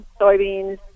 soybeans